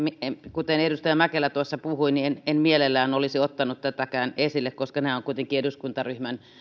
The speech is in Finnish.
kuten edustaja mäkelä tuossa puhui en en mielelläni olisi ottanut tätäkään esille koska nämä ovat kuitenkin eduskuntaryhmän